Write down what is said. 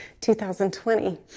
2020